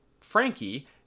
Frankie